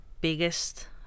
biggest